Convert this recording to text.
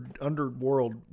underworld